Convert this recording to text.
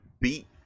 beat